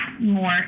more